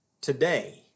today